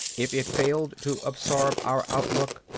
if it failed to absorb our outlook,